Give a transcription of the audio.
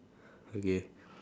okay